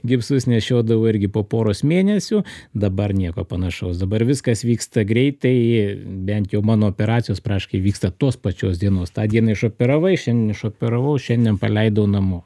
gipsus nešiodavo irgi po poros mėnesių dabar nieko panašaus dabar viskas vyksta greitai bent jau mano operacijos praškai vyksta tos pačios dienos tą dieną išoperavai šiandien išoperavau šiandien paleidau namo